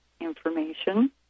information